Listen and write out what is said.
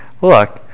Look